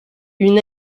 une